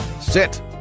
sit